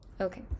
Okay